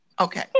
Okay